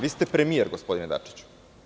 Vi ste premijer, gospodine Dačiću.